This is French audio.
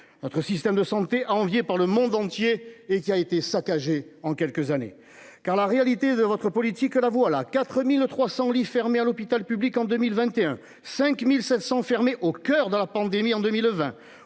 Notre système de santé envié par le monde entier et qui a été saccagé en quelques années, car la réalité de votre politique. La voilà, 4300 lits fermés à l'hôpital public en 2021 5700, fermées au coeur de la pandémie en 2020.